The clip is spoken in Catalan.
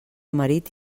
marit